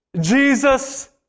Jesus